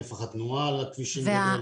נפח התנועה על הכבישים גדל.